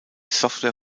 software